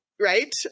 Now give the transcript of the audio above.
right